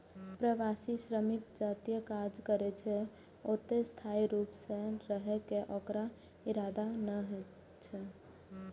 प्रवासी श्रमिक जतय काज करै छै, ओतय स्थायी रूप सं रहै के ओकर इरादा नै होइ छै